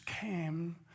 came